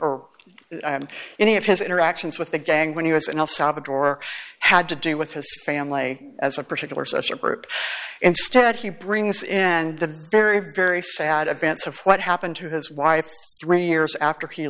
or any of his interactions with the gang when he was and all salvador had to do with his family as a particular social group instead he brings in and the very very sad events of what happened to his wife three years after he